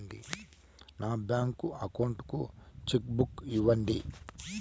నా bank account కు cheque book ఇవ్వండి